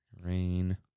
Rain